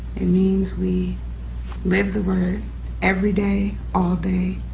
it means we live the word every day all day